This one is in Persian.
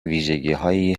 ویژگیهایی